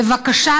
בבקשה,